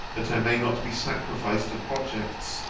that i may not be sacrificed to projects,